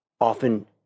often